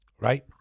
Right